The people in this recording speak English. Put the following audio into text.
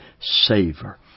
savor